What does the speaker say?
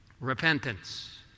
repentance